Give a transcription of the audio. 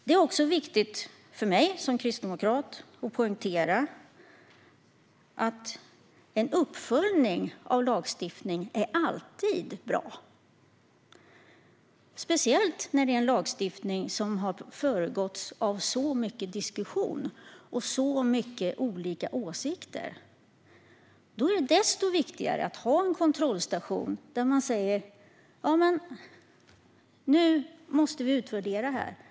Det är också viktigt för mig som kristdemokrat att poängtera att en uppföljning av lagstiftning alltid är bra, speciellt om det är en lagstiftning som har föregåtts av så mycket diskussion och olika åsikter. Då är det desto viktigare att ha en kontrollstation där vi säger: Nu måste vi utvärdera lagstiftningen.